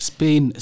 Spain